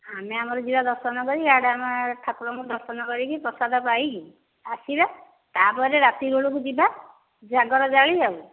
ଆମେ ଆମର ଯିବା ଦର୍ଶନ କରି ଏଆଡ଼େ ଆମେ ଠାକୁରଙ୍କୁ ଦର୍ଶନ କରିକି ପ୍ରସାଦ ପାଇକି ଆସିବା ତା'ପରେ ରାତି ବେଳକୁ ଯିବା ଜାଗର ଜାଳି ଆଉ